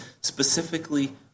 specifically